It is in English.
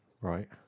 Right